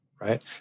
right